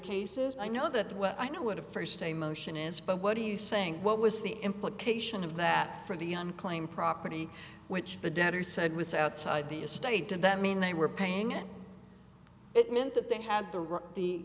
cases i know that well i know what a first day motion is but what are you saying what was the implication of that for the unclaimed property which the debtor said was outside the estate did that mean they were paying and it meant that they had the